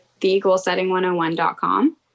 thegoalsetting101.com